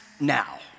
now